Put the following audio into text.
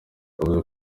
yavuze